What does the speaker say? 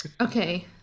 Okay